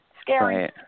scary